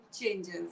changes